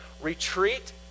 retreat